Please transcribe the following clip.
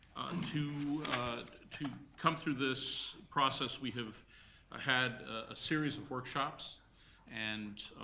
to to come through this process, we have ah had a series of workshops and